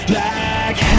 Black